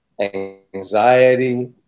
anxiety